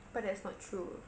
but that's not true